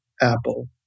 Apple